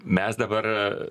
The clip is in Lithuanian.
mes dabar